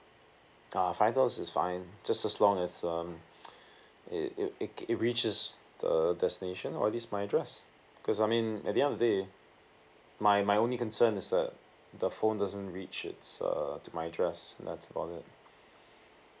uh five dollars is fine just as long as um it it it reaches the destination or at least my address cause I mean at the end of the day my my only concern is that the phone doesn't reach its uh to my address that's about it